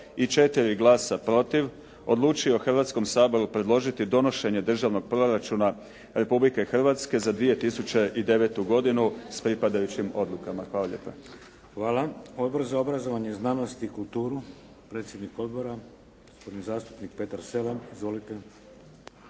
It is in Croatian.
i 4 glasa protiv odlučio Hrvatskom saboru predložiti donošenje Državnog proračuna Republike Hrvatske za 2009. godinu s pripadajućim odlukama. Hvala lijepa.